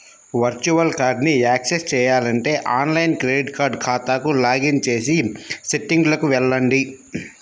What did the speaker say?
virtual కార్డ్ని access చేయాలంటే online credit card ఖాతాకు లాగిన్ చేసి సెట్టింగ్లకు వెళ్లండి